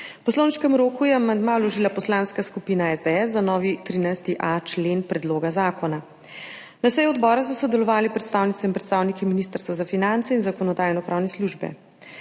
V poslovniškem roku je amandma vložila Poslanska skupina SDS za novi 13.a člen predloga zakona. Na seji odbora so sodelovali predstavnice in predstavniki Ministrstva za finance in Zakonodajno-pravne službe.